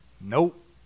nope